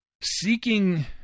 Seeking